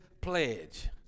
pledge